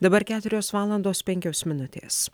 dabar keturios valandos penkios minutės